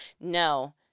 no